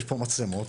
יש מצלמות,